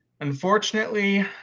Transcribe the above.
unfortunately